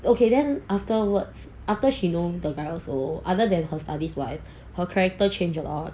okay then afterwards after she knows the guy also other than her studies wise her character change at all